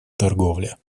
торговля